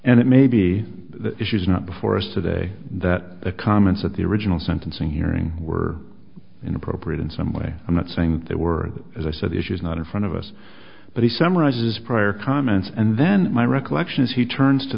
and it may be that she's not before us today that the comments of the original sentencing hearing were inappropriate in some way i'm not saying that they were as i said the issues not in front of us but he summarizes prior comments and then my recollection is he turns to